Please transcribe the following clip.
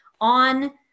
on